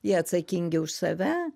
jie atsakingi už save